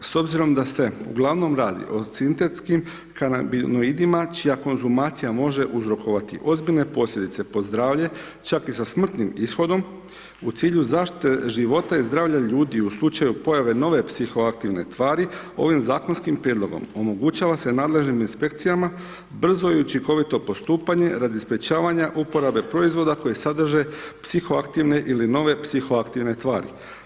S obzirom da se uglavnom radi o sintetskim kanabinoidima čija konzumacija može uzrokovati ozbiljne posljedice po zdravlje, čak i sa smrtnim ishodom u cilju zaštite života i zdravlja ljudi u slučaju pojave nove psihoaktivne tvari ovim zakonskim prijedlogom omogućava se nadležnim inspekcijama brzo i učinkovito postupanje radi sprječavanja uporabe proizvoda koji sadrže psihoaktivne ili nove psihoaktivne tvari.